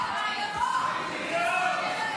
ביזיון.